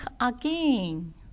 again